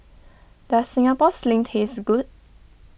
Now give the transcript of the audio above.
does Singapore Sling taste good